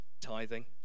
tithing